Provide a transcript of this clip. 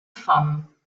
femmes